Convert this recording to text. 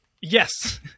Yes